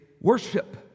worship